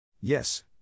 Yes